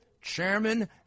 chairman